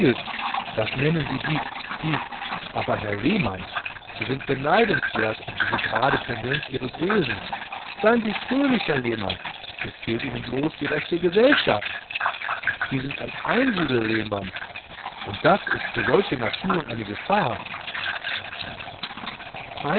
das nennen sie di aber herr lehmann sie sind beneidenswert um diese gerade tendenz ihres wesens seien sie fröhlich herr lehmann es fehlt ihnen blos die rechte gesellschaft sie sind ein einsiedel lehmann und das ist für solche naturen eine gefahr